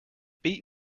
beat